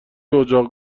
اجاق